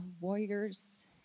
Warriors